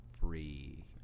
free